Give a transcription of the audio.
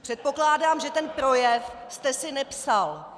Předpokládám, že ten projev jste si nepsal.